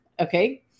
Okay